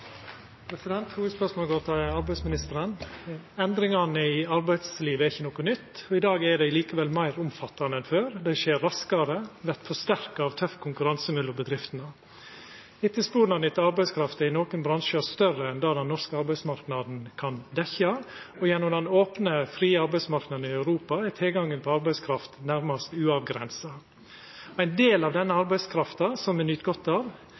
likevel meir omfattande enn før, dei skjer raskare, og dei vert forsterka av tøff konkurranse mellom bedriftene. Etterspurnaden etter arbeidskraft er i nokre bransjar større enn det den norske arbeidsmarknaden kan dekkja, og gjennom den opne, frie arbeidsmarknaden i Europa er tilgangen på arbeidskraft nærmast uavgrensa. Ein del av denne arbeidskrafta som me nyt godt av,